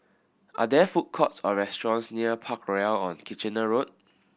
are there food courts or restaurants near Parkroyal on Kitchener Road